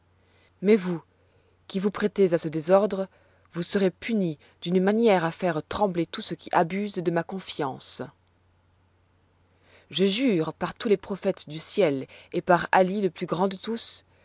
mais vous qui vous prêtez à ce désordre vous serez puni d'une manière à faire trembler tous ceux qui abusent de ma confiance je jure par tous les prophètes du ciel et par ali le plus grand de tous